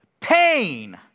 pain